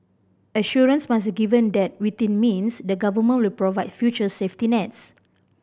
assurance must be given that within means the Government will provide future safety nets